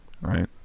right